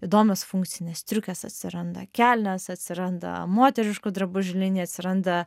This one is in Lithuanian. įdomios funkcinės striukės atsiranda kelnės atsiranda moteriškų drabužių linija atsiranda